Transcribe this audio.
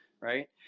Right